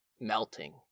melting